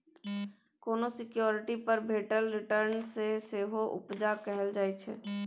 कोनो सिक्युरिटी पर भेटल रिटर्न केँ सेहो उपजा कहल जाइ छै